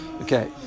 Okay